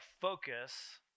focus